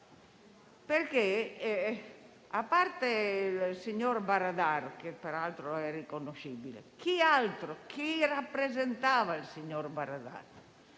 talebani? A parte il signor Baradar, che peraltro è riconoscibile, chi rappresentava il signor Baradar?